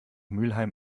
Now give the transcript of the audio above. mülheim